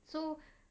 so